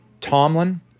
Tomlin